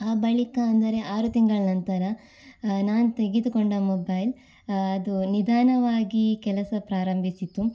ಆ ಬಳಿಕ ಅಂದರೆ ಆರು ತಿಂಗಳ ನಂತರ ನಾನು ತೆಗೆದುಕೊಂಡ ಮೊಬೈಲ್ ಅದು ನಿಧಾನವಾಗಿ ಕೆಲಸ ಪ್ರಾರಂಭಿಸಿತು